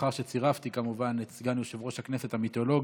לאחר שצירפתי כמובן את סגן יושב-ראש הכנסת המיתולוגי,